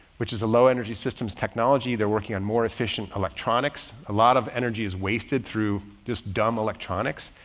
which is a low energy systems technology. they're working on more efficient electronics. a lot of energy is wasted through this dumb electronics.